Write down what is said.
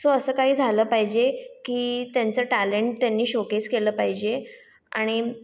so असं काही झालं पाहिजे की त्यांचं टॅलेन्ट त्यांनी शोकेस केलं पाहिजे आणि